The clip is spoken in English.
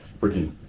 freaking